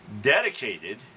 dedicated